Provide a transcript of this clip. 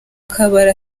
kabari